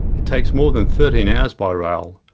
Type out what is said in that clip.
it takes more than thirteen hours by rail,